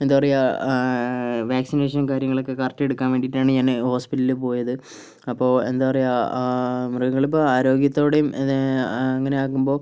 എന്താ പറയുക വാക്സിനേഷൻ കാര്യങ്ങളൊക്കെ കറക്റ്റെടുക്കാൻ വേണ്ടിയിട്ടാണ് ഞാൻ ഹോസ്പിറ്റലിൽ പോയത് അപ്പോൾ എന്താ പറയുക മൃഗങ്ങളിപ്പോൾ ആരോഗ്യത്തോടെയും അങ്ങനെയാകുമ്പോൾ